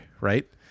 right